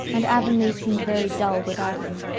and avonlea seemed very dull without him.